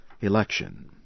election